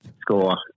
score